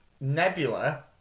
Nebula